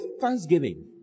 thanksgiving